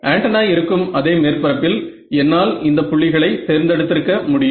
antenna இருக்கும் அதே மேற்பரப்பில் என்னால் இந்த புள்ளிகளை தேர்ந்தெடுத்திருக்க முடியும்